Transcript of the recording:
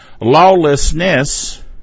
Lawlessness